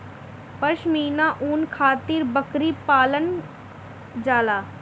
पश्मीना ऊन खातिर बकरी पालल जाला